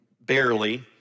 barely